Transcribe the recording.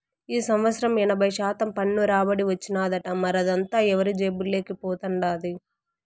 ఈ సంవత్సరం ఎనభై శాతం పన్ను రాబడి వచ్చినాదట, మరదంతా ఎవరి జేబుల్లోకి పోతండాది